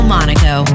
Monaco